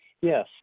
Yes